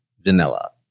vanilla